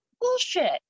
bullshit